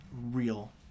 Real